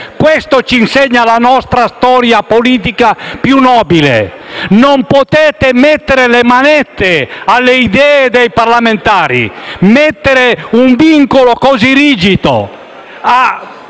questo ci insegna la nostra storia politica più nobile. Non potete mettere le manette alle idee dei parlamentari. Mettete un vincolo così rigido